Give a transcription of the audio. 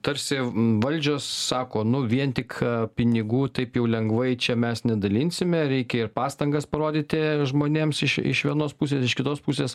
tarsi valdžios sako nu vien tik pinigų taip jau lengvai čia mes nedalinsime reikia ir pastangas parodyti žmonėms iš iš vienos pusės iš kitos pusės